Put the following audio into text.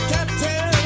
Captain